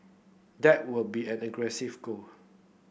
that would be an goal